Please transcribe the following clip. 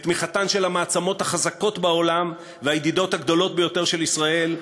בתמיכתן של המעצמות החזקות בעולם והידידות הגדולות ביותר של ישראל,